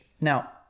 Now